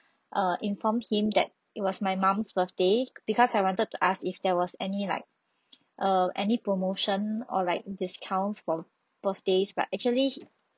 err informed him that it was my mom's birthday because I wanted to ask if there was any like err any promotion or like discounts for birthdays but actually